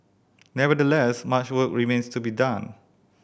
nevertheless much work remains to be done